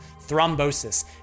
thrombosis